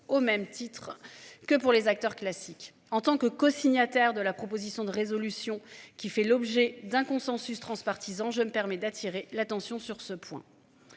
au même titre que pour les acteurs classiques en tant que co-, signataire de la proposition de résolution qui fait l'objet d'un consensus transpartisan. Je me permets d'attirer l'attention sur ce point.